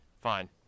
Fine